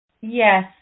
Yes